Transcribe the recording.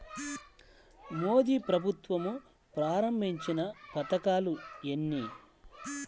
మోదీ ప్రభుత్వం ప్రారంభించిన పథకాలు ఎన్ని?